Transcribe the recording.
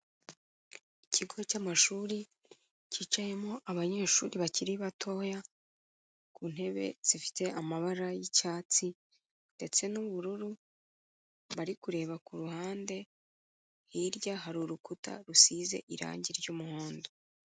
Ikigo cy'amashuri kicayemo abanyeshuri bakiri batoya, ku ntebe zifite amabara y'icyatsi ndetse n'ubururu, bari kureba ku ruhande, hirya hari urukuta rusize irangi ry'umuhondo.